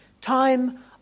Time